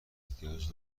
احتیاج